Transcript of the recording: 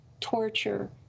torture